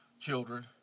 children